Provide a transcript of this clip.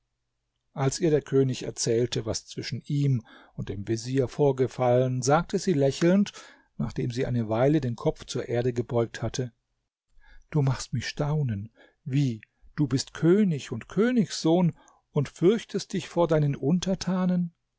als ihr der könig erzählte was zwischen ihm und dem vezier vorgefallen sagte sie lächelnd nachdem sie eine weile den kopf zur erde gebeugt hatte du machst mich staunen wie du bist könig und königssohn und fürchtest dich vor deinen untertanen